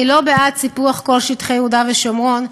אני לא בעד סיפוח כל שטחי יהודה ושומרון.